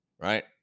right